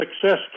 success